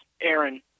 Aaron